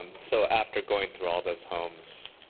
um so after going through all those homes,